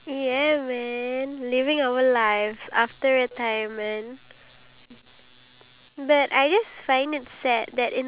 it was said that majority of the around ninety plus percent of the people who took the survey said that